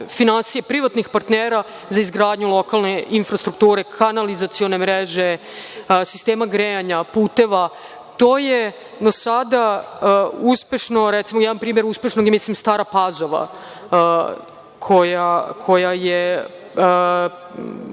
privatnih partnera za izgradnju lokalne infrastrukture, kanalizacione mreže, sistema grejanja, puteva. To je do sada uspešno odrađeno, recimo, jedan primer, Stara Pazova koja je